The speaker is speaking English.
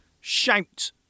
Shout